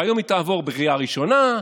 והיום היא תעבור בקריאה ראשונה,